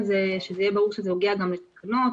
שיהיה ברור שזה נוגע גם לתקנות